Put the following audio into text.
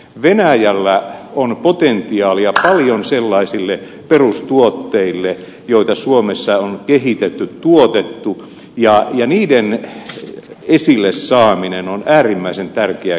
venäjällä on potentiaalia paljon sellaisille perustuotteille joita suomessa on kehitetty ja tuotettu ja niiden esille saaminen on äärimmäisen tärkeä kysymys